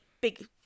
Big